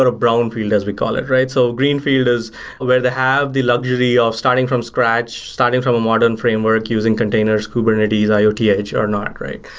or a brown field as we call it, right? so green field is where they have the luxury of starting from scratch, starting from a modern framework using containers, kubernetes, iot yeah edge or not, right?